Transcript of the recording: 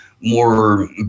more